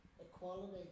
equality